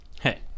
hey